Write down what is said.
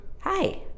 Hi